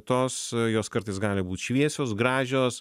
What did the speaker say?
tos jos kartais gali būt šviesios gražios